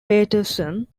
paterson